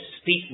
speak